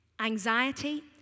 Anxiety